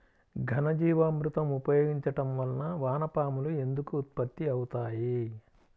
ఘనజీవామృతం ఉపయోగించటం వలన వాన పాములు ఎందుకు ఉత్పత్తి అవుతాయి?